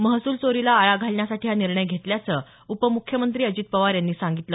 महसूल चोरीला आळा घालण्यासाठी हा निर्णय घेतल्याचं उपम्ख्यमंत्री अजित पवार यांनी सांगितलं